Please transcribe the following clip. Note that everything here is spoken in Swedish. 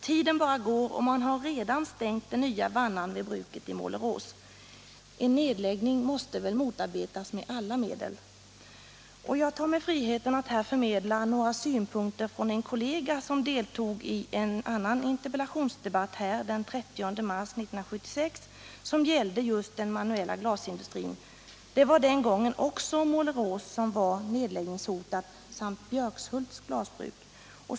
Tiden bara går och man har redan stängt den nya vannan vid bruket i Målerås. En nedläggning måste motarbetas med alla-medel. Jag tar mig friheten att här förmedla några synpunkter från en kollega som deltog i en interpellationsdebatt den 30 mars 1976 som gällde just den manuella glasindustrin. Det var den gången också Målerås som var nedläggningshotat samt Björkshults glasbruk.